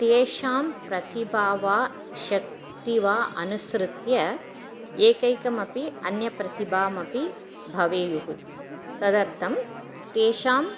तेषां प्रतिभा वा शक्तिः वा अनुसृत्य एकैकमपि अन्यप्रतिभामपि भवेयुः तदर्थं तेषाम्